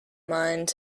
mind